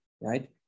right